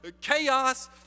chaos